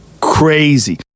crazy